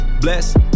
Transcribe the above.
Bless